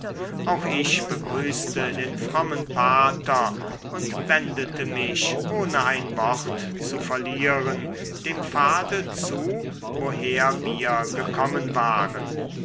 auch ich begrüßte den frommen pater und wendete mich ohne ein wort zu verlieren dem pfade zu woher wir gekommen waren